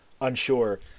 unsure